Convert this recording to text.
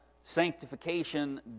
Sanctification